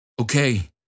Okay